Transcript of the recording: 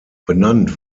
benannt